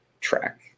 track